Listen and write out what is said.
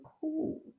cool